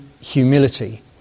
humility